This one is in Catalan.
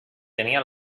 tenia